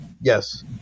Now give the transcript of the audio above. yes